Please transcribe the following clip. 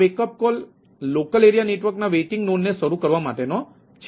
આ wake up call local area network ના waiting node ને શરૂ કરવા માટેનો છે